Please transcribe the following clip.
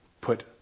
put